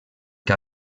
que